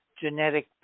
genetic